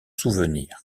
souvenir